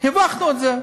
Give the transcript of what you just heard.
הרווחנו את זה.